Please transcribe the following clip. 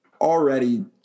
already